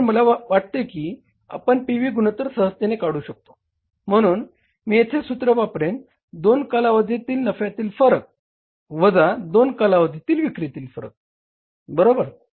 म्हणून मला वाटते की आपण पी व्ही गुणोत्तर सहजतेने काढू शकतो म्हणून मी येथे सूत्र वापरेन दोन कालावधीमधील नफ्यातील फरक वजा दोन कालावधीमधील विक्रीतील फरक बरोबर